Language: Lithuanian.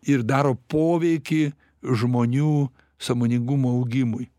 ir daro poveikį žmonių sąmoningumo augimui